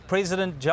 President